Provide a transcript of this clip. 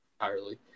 entirely